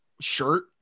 shirt